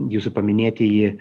jūsų paminėtieji